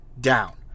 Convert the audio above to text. down